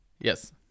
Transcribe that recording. yes